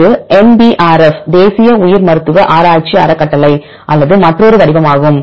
இது NBRF தேசிய உயிர் மருத்துவ ஆராய்ச்சி அறக்கட்டளை அல்லது மற்றொரு வடிவமாகும்